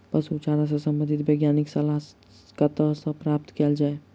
पशु चारा सऽ संबंधित वैज्ञानिक सलाह कतह सऽ प्राप्त कैल जाय?